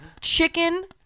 chicken